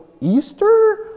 Easter